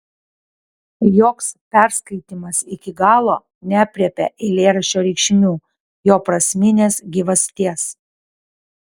joks perskaitymas iki galo neaprėpia eilėraščio reikšmių jo prasminės gyvasties